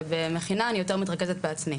ובמכינה אני יותר מתרכזת בעצמי.